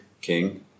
king